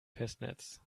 festnetz